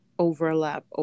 Overlap